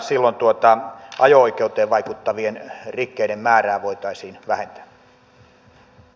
silloin ajo oikeuteen vaikuttavien rikkeiden määrää voitaisiin vähentää